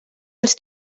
als